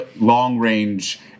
long-range